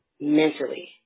mentally